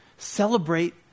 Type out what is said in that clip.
celebrate